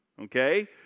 okay